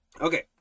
okay